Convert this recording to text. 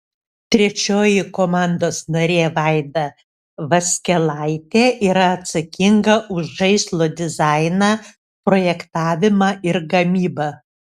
trečioji komandos narė vaida vaskelaitė yra atsakinga už žaislo dizainą projektavimą ir gamybą